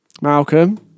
Malcolm